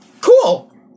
Cool